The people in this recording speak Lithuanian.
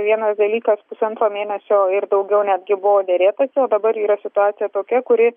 vienas dalykas pusantro mėnesio ir daugiau netgi buvo derėtasi o dabar yra situacija tokia kuri